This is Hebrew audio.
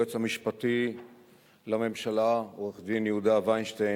היועץ המשפטי לממשלה, עורך-הדין יהודה וינשטיין,